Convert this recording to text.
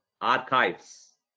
archives